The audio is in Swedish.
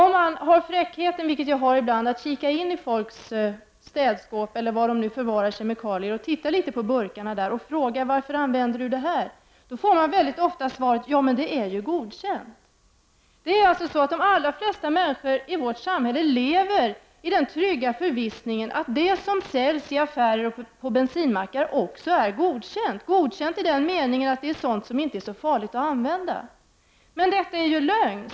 Om jag har fräckheten — vilket jag har ibland — att kika in i folks städskåp, tittar på burkarna där och frågar varför man använder dem får jag ofta svaret: ”Ja, men de är ju godkända.” De allra flesta människor i samhället lever alltså i den trygga förvissningen om att det som säljs i affärer och på bensinmackar är godkänt, i den meningen att det är sådant som inte är så farligt att använda. Men detta är lögn.